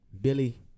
Billy